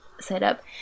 setup